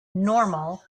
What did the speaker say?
normal